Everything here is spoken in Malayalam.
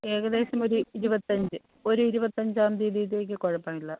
ഏകദേശം ഒരു ഇരുപത്തഞ്ച് ഒരു ഇരുപത്തഞ്ചാം തീയതിയിലേക്ക് കുഴപ്പമില്ല